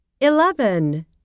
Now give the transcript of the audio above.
eleven